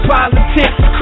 Politics